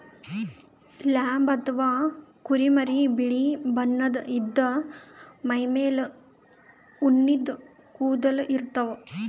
lamb ಅಥವಾ ಕುರಿಮರಿ ಬಿಳಿ ಬಣ್ಣದ್ ಇದ್ದ್ ಮೈಮೇಲ್ ಉಣ್ಣಿದ್ ಕೂದಲ ಇರ್ತವ್